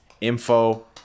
info